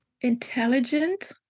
intelligent